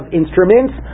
instruments